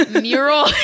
mural